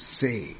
say